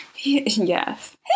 Yes